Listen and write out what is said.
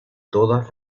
todas